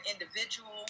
individual